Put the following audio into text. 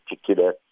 particular